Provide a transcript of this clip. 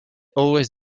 always